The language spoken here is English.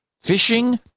Fishing